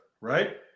right